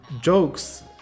jokes